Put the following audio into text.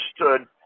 understood